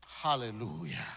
Hallelujah